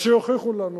אז שיוכיחו לנו.